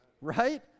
right